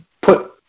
put